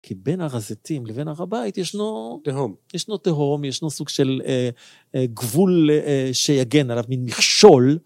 כי בין הר הזיתים לבין הר הבית ישנו... תהום. ישנו תהום, ישנו סוג של גבול שיגן עליו, מין מכשול.